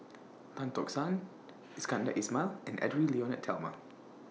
Tan Tock San Iskandar Ismail and Edwy Lyonet Talma